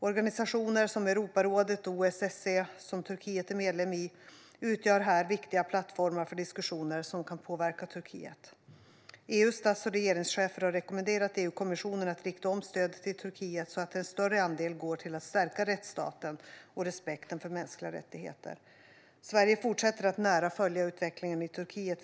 Organisationer som Europarådet och OSSE, som Turkiet är medlem i, utgör här viktiga plattformar för diskussioner som kan påverka Turkiet. EU:s stats och regeringschefer har rekommenderat EU-kommissionen att rikta om stödet till Turkiet så att en större andel går till att stärka rättsstaten och respekten för mänskliga rättigheter. Sverige fortsätter att nära följa utvecklingen i Turkiet.